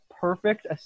perfect